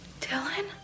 Dylan